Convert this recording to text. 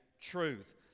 truth